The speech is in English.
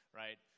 right